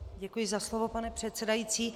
Děkuji za slovo, pane předsedající.